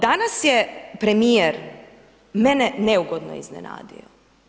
Danas je premijer mene neugodno iznenadio.